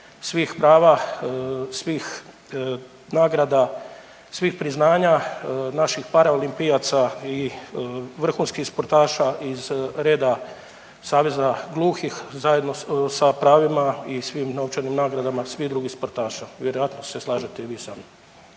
svih prava, svih nagrada, svih priznanja naših paraolimpijaca i vrhunskih sportaša iz reda saveza gluhih zajedno sa pravima i svim novčanim nagradama svih drugih sportaša, vjerojatno se slažete i vi sa